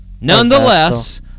nonetheless